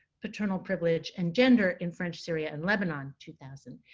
paternal privilege and gender in french syria and lebanon, two thousand.